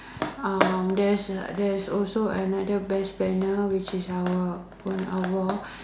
uh there's a there's also another best planner which is our own Allah